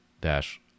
dash